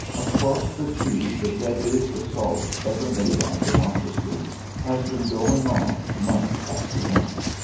across the sea the deadliest assault ever made on democracy has been going on, month after month.